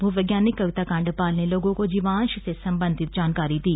भूवैज्ञानिक कविता कांडपाल ने लोगों को जीवांश से संबंधित जानकारी दी